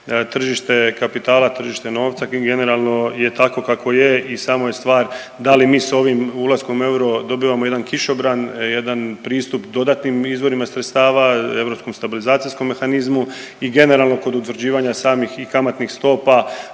tržište kapitala i tržište novca generalno je takvo kakvo je i samo je stvar da li mi s ovim ulaskom u euro dobivamo jedan kišobran, jedan pristup dodatnim izvorima sredstava europskom stabilizacijskom mehanizmu i generalno kod utvrđivanja samih i kamatnih stopa